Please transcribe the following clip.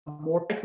more